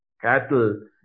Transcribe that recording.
cattle